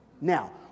Now